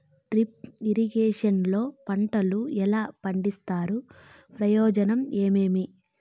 Drip irrigation లో పంటలు ఎలా పండిస్తారు ప్రయోజనం ఏమేమి?